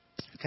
Okay